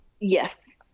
Yes